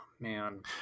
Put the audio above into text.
man